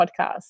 podcast